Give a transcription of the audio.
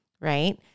right